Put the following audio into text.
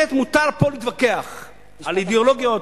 כנסת, מותר פה להתווכח על אידיאולוגיות,